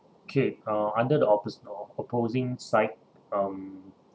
okay uh under the oppos~ o~ opposing side um